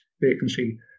vacancy